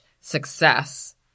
success